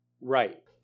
right